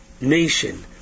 nation